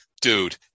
dude